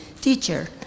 teacher